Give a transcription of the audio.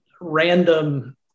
random